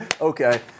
okay